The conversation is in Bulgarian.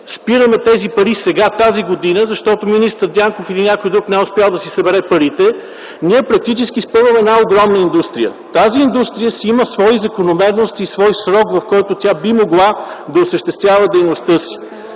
спираме тези пари сега, тази година, защото министър Дянков или някой друг не е успял да си събере парите, ние практически спъваме една огромна индустрия. Тази индустрия си има свои закономерности, свой срок, в който тя би могла да осъществява дейността си.